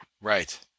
Right